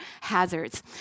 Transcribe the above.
hazards